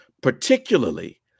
particularly